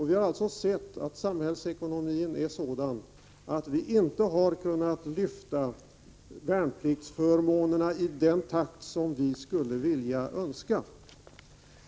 Vi har alltså sett att samhällsekonomin är sådan att vi inte har kunnat lyfta värnpliktsförmånerna i den takt som vi skulle önska.